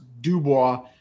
Dubois